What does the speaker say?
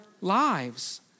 lives